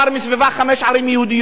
מסביבה חמש ערים יהודיות,